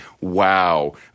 wow